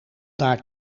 daar